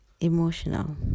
emotional